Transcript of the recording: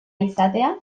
izatea